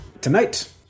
tonight